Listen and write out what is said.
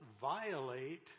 violate